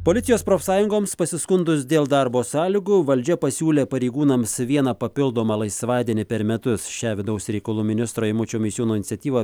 policijos profsąjungoms pasiskundus dėl darbo sąlygų valdžia pasiūlė pareigūnams vieną papildomą laisvadienį per metus šią vidaus reikalų ministro eimučio misiūno iniciatyvą